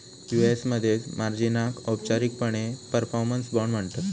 UAS मध्ये मार्जिनाक औपचारिकपणे परफॉर्मन्स बाँड म्हणतत